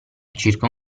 circa